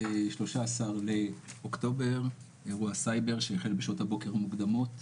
13 לאוקטובר אירוע הסייבר שהחל בשעות הבוקר המוקדמות.